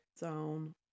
down